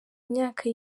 myaka